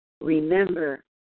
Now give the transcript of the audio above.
Remember